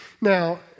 Now